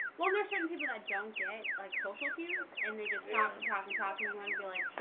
well, there's certain people that don't get like social cues and they just talk and talk and talk and you want to be like